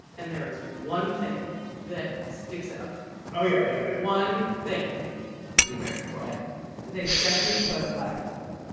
and there is one thing that sticks up oh, yeah, look there one thing the american flag it's a seventy foot flagpole